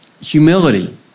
Humility